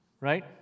right